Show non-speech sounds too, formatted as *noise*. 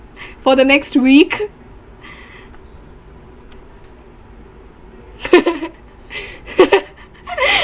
for the next week *laughs*